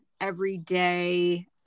everyday